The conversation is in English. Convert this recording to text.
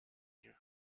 you